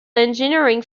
engineering